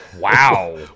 Wow